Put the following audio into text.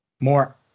more